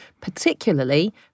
particularly